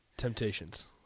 Temptations